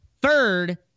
third